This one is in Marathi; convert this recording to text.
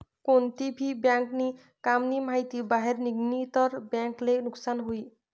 कोणती भी बँक नी काम नी माहिती बाहेर निगनी तर बँक ले नुकसान हुई